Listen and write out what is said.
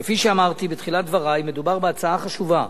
כפי שאמרתי בתחילת דברי, מדובר בהצעה חשובה,